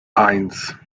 eins